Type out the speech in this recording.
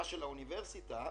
שהיו בבעלות האוניברסיטה.